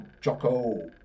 Jocko